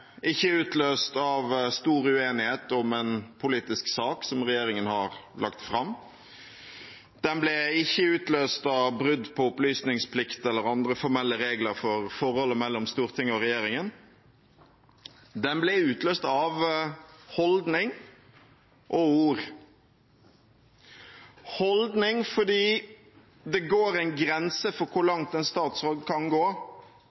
ikke utløst av stor uenighet om en politisk sak som regjeringen har lagt fram. Den ble ikke utløst av brudd på opplysningsplikt eller andre formelle regler for forholdet mellom Stortinget og regjeringen. Den ble utløst av holdning og ord: Holdning fordi det går en grense for hvor langt en statsråd kan gå